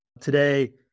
today